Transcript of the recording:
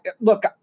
look